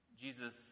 Jesus